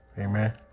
Amen